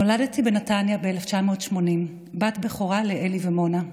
נולדתי בנתניה ב-1980, בת בכורה לאלי ומונה.